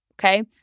Okay